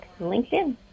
LinkedIn